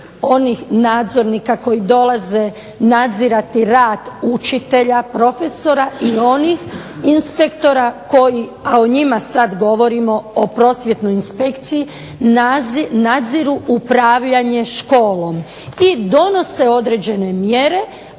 onih nadzornika koji dolaze nadzirati rad učitelja, profesora i onih inspektora koji, a o njima sad govorimo, o Prosvjetnoj inspekciji, nadziru upravljanje školom i donose određene mjere,